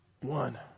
one